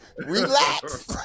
Relax